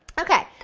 okay,